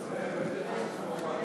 נתקבלה.